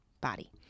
body